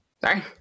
Sorry